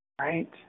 Right